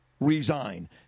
resign